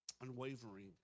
Unwavering